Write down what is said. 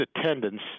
attendance